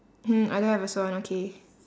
mm I don't have a swan okay